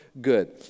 good